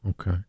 Okay